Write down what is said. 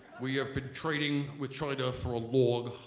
we have been trading with china for a long,